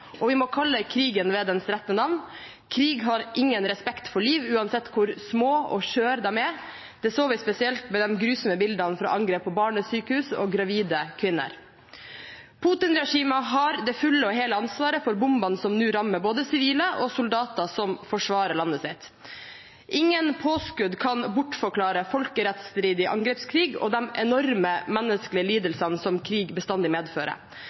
Vi må kalle krigen ved dens rette navn. Krig har ingen respekt for liv uansett hvor små og skjøre de er. Det så vi spesielt med de grusomme bildene fra angrepet på barnesykehus og gravide kvinner. Putin-regimet har det fulle og hele ansvaret for bombene som nå rammer både sivile og soldater som forsvarer landet sitt. Ingen påskudd kan bortforklare folkerettsstridig angrepskrig og de enorme menneskelige lidelsene som krig bestandig medfører.